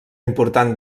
important